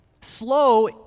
Slow